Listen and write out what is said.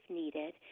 needed